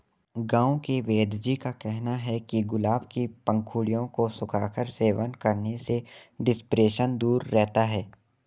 गांव के वेदजी का कहना है कि गुलाब के पंखुड़ियों को सुखाकर सेवन करने से डिप्रेशन दूर रहता है